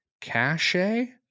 Cache